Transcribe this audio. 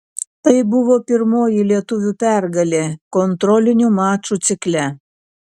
tai buvo pirmoji lietuvių pergalė kontrolinių mačų cikle